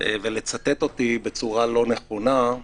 ולצטט אותי בצורה לא נכונה.